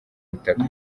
butaka